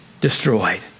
destroyed